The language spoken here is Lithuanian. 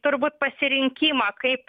turbūt pasirinkimą kaip